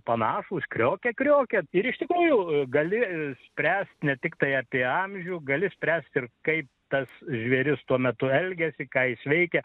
panašūs kriokė kriokė ir iš tikrųjų gali spręsti ne tiktai apie amžių gali spręsti ir kaip tas žvėris tuo metu elgiasi ką jis veikia